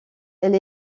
elle